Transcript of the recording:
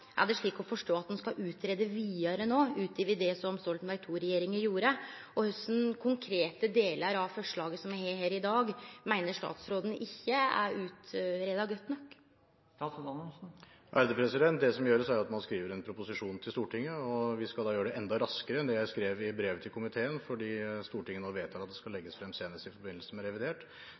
Er det slik å forstå at ein skal greie vidare ut no, utover det som Stoltenberg II-regjeringa gjorde? Og kva for konkrete delar av forslaget som er fremja her i dag, meiner statsråden ikkje er greidde godt nok ut? Det som gjøres, er at man skriver en proposisjon til Stortinget. Vi skal gjøre det enda raskere enn det jeg skrev i brevet til komiteen, fordi Stortinget nå vedtar at den skal legges frem senest i forbindelse med revidert.